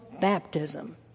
baptism